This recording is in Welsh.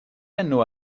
enw